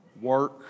work